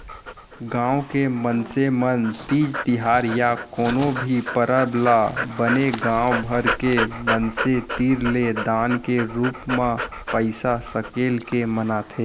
गाँव के मनसे मन तीज तिहार या कोनो भी परब ल बने गाँव भर के मनसे तीर ले दान के रूप म पइसा सकेल के मनाथे